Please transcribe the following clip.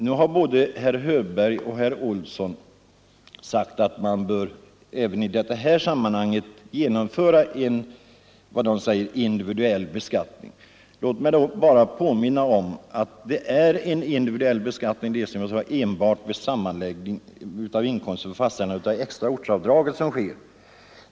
Nu har både herr Hörberg och herr Olsson i Stockholm sagt att man även i detta sammanhang bör genomföra en individuell beskattning. Låt mig då bara påminna om att vi har en individuell beskattning med sammanläggning av inkomsten enbart för fastställande av extra ortsavdrag.